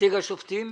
נציג השופטים.